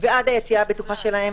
ועד היציאה הבטוחה שלהם,